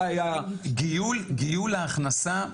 גילוי ההכנסה,